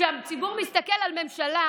כשהציבור מסתכל על הממשלה,